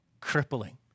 crippling